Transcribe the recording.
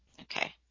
okay